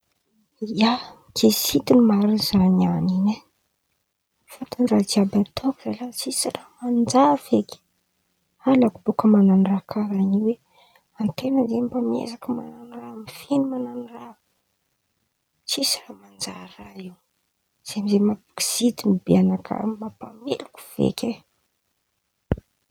ia, kizitin̈y marin̈y za nian̈y in̈y e fôtiny raha jiàby ataoko zalahy tsisy raha manjary feky, halako baka man̈ano raha karàhan̈io e, an-ten̈a zen̈y mba miezaka man̈ano raha, mifen̈y man̈ano raha tsisy raha manjary raha io, zen̈y amizay mampikizitin̈y be anakà mampameloko feky e!